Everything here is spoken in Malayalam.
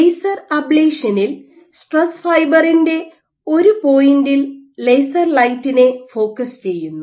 ലേസർ അബ്ളേഷനിൽ സ്ട്രെസ് ഫൈബറിൻറെ ഒരു പോയിന്റിൽ ലേസർ ലൈറ്റിനെ ഫോക്കസ് ചെയ്യുന്നു